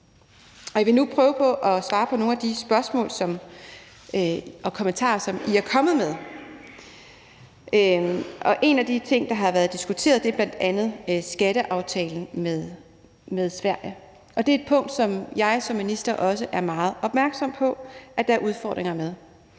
Jeg vil nu prøve på at svare på nogle af de spørgsmål og kommentarer, som I er kommet med. En af de ting, der har været diskuteret, er bl.a. skatteaftalen med Sverige, og det er et punkt, jeg som minister også er meget opmærksom på at der er udfordringer med.